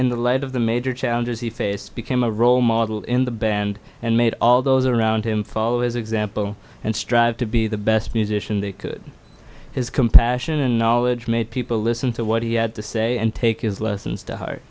in the light of the major challenges he faced became a role model in the band and made all those around him follow his example and strive to be the best musician they could his compassion and knowledge made people listen to what he had to say and take his lessons to hear